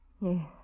Yes